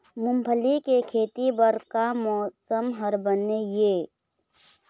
मूंगफली के खेती बर का मौसम हर बने ये?